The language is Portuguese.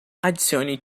adicione